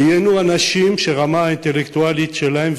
ראיינו אנשים שהרמה האינטלקטואלית שלהם,